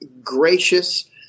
gracious –